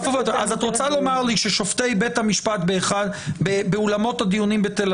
אז את רוצה לומר לי ששופטי בית המשפט באולמות הדיונים בתל